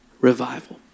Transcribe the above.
Revival